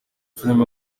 filime